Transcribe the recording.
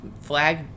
flag